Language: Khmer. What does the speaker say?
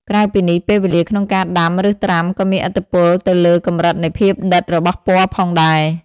ក្រៅពីនេះ ពេលវេលាក្នុងការដាំឬត្រាំក៏មានឥទ្ធិពលទៅលើកម្រិតនៃភាពដិតរបស់ពណ៌ផងដែរ។